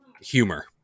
humor